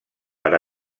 per